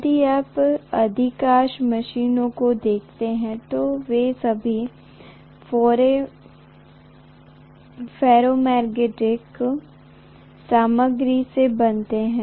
यदि आप अधिकांश मशीनों को देखते हैं तो वे सभी फेरोमैग्नेटिक सामग्री से बने होते हैं